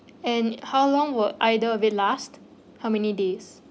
and how long will either of it last how many days